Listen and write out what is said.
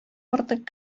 артык